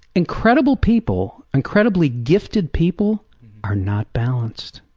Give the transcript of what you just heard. incredible people, incredibly gifted people are not balanced,